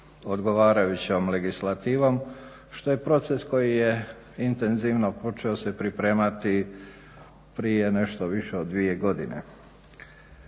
odgovarajućom legislativom što je proces koji je intenzivno počeo se pripremati prije nešto više od 2 godine.